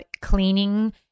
cleaning